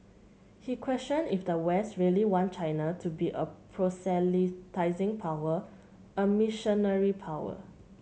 he questioned if the West really want China to be a proselytising power a missionary power